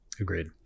Agreed